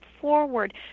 forward